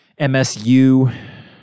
MSU